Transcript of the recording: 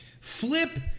flip